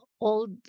old